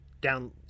down